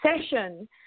session